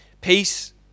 peace